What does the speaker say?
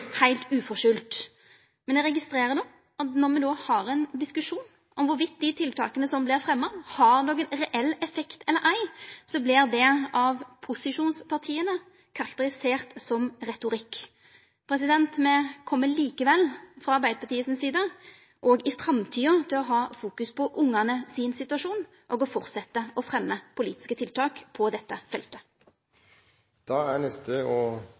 heilt utan eiga skuld. Men eg registrerer no at når me har ein diskusjon rundt om dei tiltaka som vert fremja, har nokon reell effekt eller ei, vert det av posisjonspartia karakterisert som retorikk. Me frå Arbeidarpartiet kjem likevel òg i framtida til å ha fokus på situasjonen til ungane, og fortsetja å fremja politiske tiltak på dette